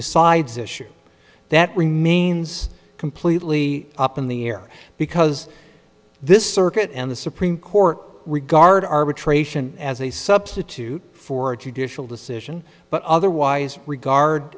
decides issue that remains completely up in the air because this circuit and the supreme court regard arbitration as a substitute for a judicial decision but otherwise regard